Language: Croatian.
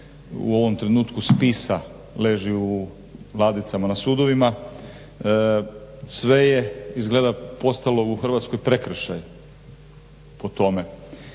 u ovom trenutku spisa leži u ladicama na sudovima, sve je izgleda postalo u Hrvatskoj prekršaj po tome.